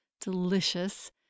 delicious